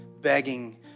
begging